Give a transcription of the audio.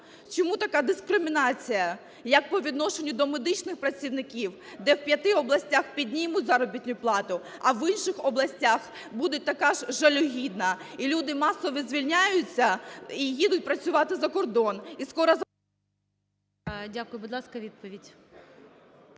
Чому така дискримінація як по відношенню до медичних працівників, де в 5 областях піднімуть заробітну плату, а в інших областях буде така ж жалюгідна, і люди масово звільняються, і їдуть працювати за кордон?